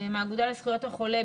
מהאגודה לזכויות החולה,